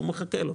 הוא מחכה לו.